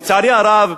לצערי הרב,